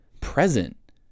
present